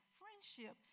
friendship